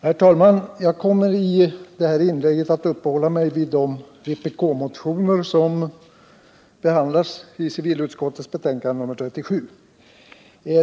Herr talman! Jag kommer i detta inlägg att uppehålla mig vid de vpk-motioner som behandlas i civilutskottets betänkande nr 37.